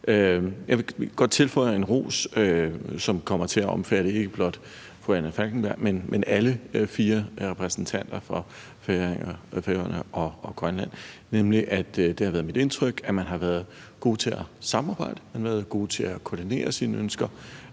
Jeg vil godt tilføje en ros, som kommer til at omfatte ikke blot fru Anna Falkenberg, men alle fire repræsentanter for Færøerne og Grønland, nemlig at det har været mit indtryk, at man har været gode til at samarbejde, at man har været gode til at koordinere sine ønsker,